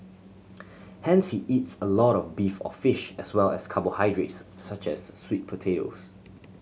hence he eats a lot of beef or fish as well as carbohydrates such as sweet